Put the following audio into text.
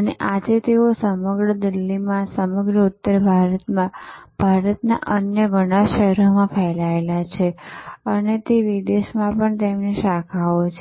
અને આજે તેઓ સમગ્ર દિલ્હીમાં સમગ્ર ઉત્તર ભારતમાં ભારતના અન્ય ઘણા શહેરોમાં ફેલાયેલા છે અને વિદેશમાં પણ તેમની શાખાઓ છે